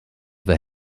the